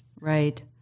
Right